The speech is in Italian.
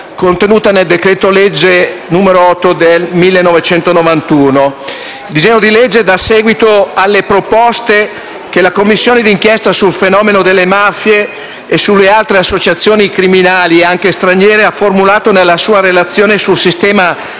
contenuta nel decreto-legge n. 8 del 1991. Il disegno di legge dà seguito alle proposte che la Commissione d'inchiesta sul fenomeno delle mafie e sulle altre associazioni criminali, anche straniere, ha formulato nella sua relazione sul sistema di